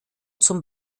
zum